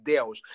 Deus